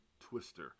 twister